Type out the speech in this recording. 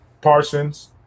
Parsons